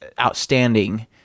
outstanding